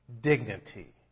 dignity